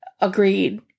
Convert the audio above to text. agreed